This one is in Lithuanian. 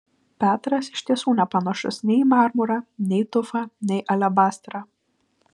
petras iš tiesų nepanašus nei į marmurą nei tufą nei alebastrą